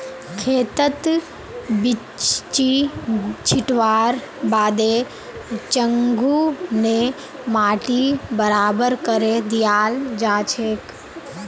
खेतत बिच्ची छिटवार बादे चंघू ने माटी बराबर करे दियाल जाछेक